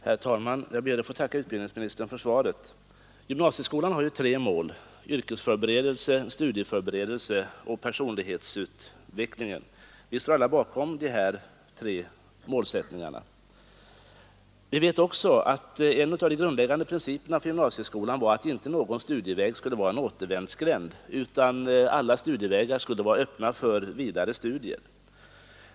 Herr talman! Jag ber att få tacka utbildningsministern för svaret på min fråga. Gymnasieskolan har egentligen tre mål — yrkesförberedelse, studieförberedelse och personlighetsutveckling. Vi står alla bakom dessa målsättningar. Vi vet också att en av de grundläggande principerna för gymnasieskolan var att inte någon studieväg skulle vara en återvändsgränd, utan alla studievägar skulle vara öppna för vidare studier.